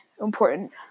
important